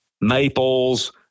maples